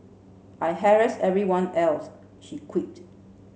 I'd harass everyone else she quipped